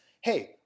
Hey